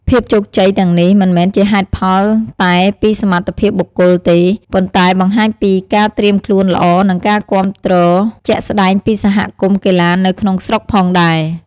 ភាពជោគជ័យទាំងនេះមិនមែនជាហេតុផលតែពីសមត្ថភាពបុគ្គលទេ ប៉ុន្តែបង្ហាញពីការត្រៀមខ្លួនល្អ និងការគាំទ្រជាក់ស្តែងពីសហគមន៍កីឡានៅក្នុងស្រុកផងដែរ។